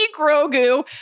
Grogu